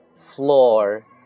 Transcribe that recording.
floor